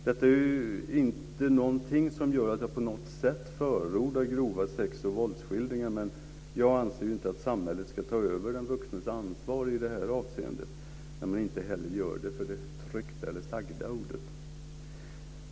Detta är inte någonting som gör att jag på något sätt förordar grova sex och våldsskildringar, men jag anser inte att samhället ska ta över de vuxnas ansvar i det här avseendet när man inte heller gör det för det tryckta eller det sagda ordet.